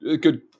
good